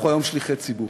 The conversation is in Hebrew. אנחנו היום שליחי ציבור,